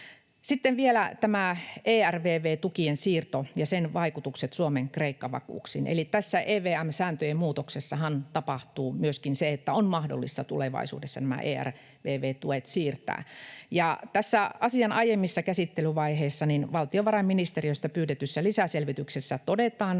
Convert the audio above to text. Sitten vielä tämä ERVV-tukien siirto ja sen vaikutukset Suomen Kreikka-vakuuksiin: Eli tässä EVM-sääntöjen muutoksessahan tapahtuu myöskin se, että on mahdollista tulevaisuudessa nämä ERVV-tuet siirtää. Asian aiemmissa käsittelyvaiheissa valtiovarainministeriöstä pyydetyssä lisäselvityksessä todetaan,